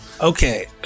Okay